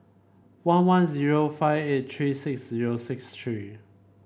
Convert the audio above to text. one one zero five eight three six zero six three